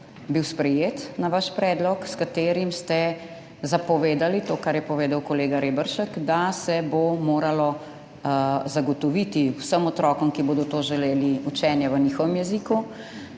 bil sprejet na vaš predlog, s katerim ste zapovedali to, kar je povedal kolega Reberšek – da se bo moralo zagotoviti vsem otrokom, ki bodo to želeli, učenje v njihovem jeziku